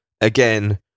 Again